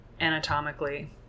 anatomically